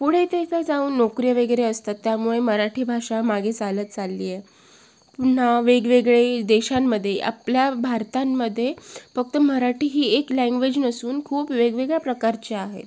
पुढे ते तर जाऊन नोकरी वगैरे असतात त्यामुळे मराठी भाषा मागे चालत चालली आहे पुन्हा वेगवेगळे देशांमध्ये आपल्या भारतामध्ये फक्त मराठी ही एक लँग्वेज नसून खूप वेगवेगळ्या प्रकारच्या आहेत